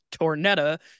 Tornetta